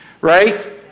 Right